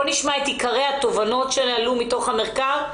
נשמע את עיקרי התובנות שעלו מתוך המחקר,